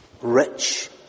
rich